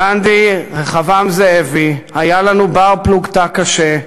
גנדי, רחבעם זאבי, היה לנו בר-פלוגתא קשה,